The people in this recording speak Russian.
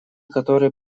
которые